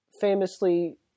famously